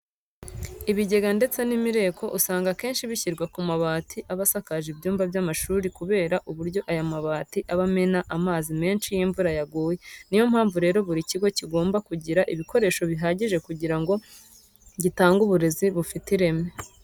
Ibigega ndetse n'imireko usanga akenshi bishyirwa ku mabati aba asakaje ibyumba by'amashuri kubera uburyo aya mabati aba amena amazi menshi iyo imvura yaguye. Niyo mpamvu rero buri kigo kigomba kugira ibikoresho bihagije kugira ngo gitange uburezi bufite ireme.